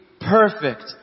perfect